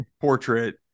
portrait